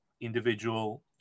individual